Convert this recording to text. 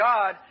God